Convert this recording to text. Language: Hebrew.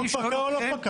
החוק פקע או לא פקע?